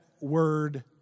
word